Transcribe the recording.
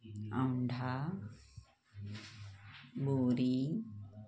Aundha Bori